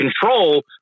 control